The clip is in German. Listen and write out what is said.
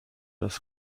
das